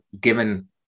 given